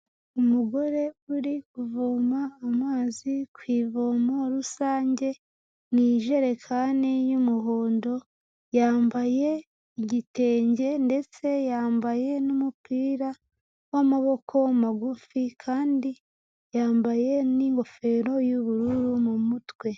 Umugore uri kuvoma amazi ku ivomo rusange mu ijerekani y'umuhondo, yambaye igitenge ndetse yambaye n'umupira w'amaboko magufi kandi yambaye n'ingofero y'ubururu mu mutwe.